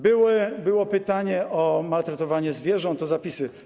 Było pytanie o maltretowanie zwierząt, o zapisy.